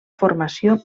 formació